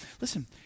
Listen